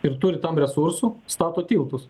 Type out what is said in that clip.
ir turi tam resursų stato tiltus